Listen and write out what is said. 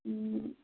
હા